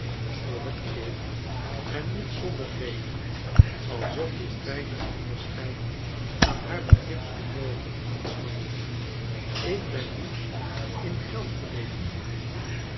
dorrit keek en niet zonder reden alsof dit fijne onderscheid aan haar begripsvermogen ontsnapte ik ben niet in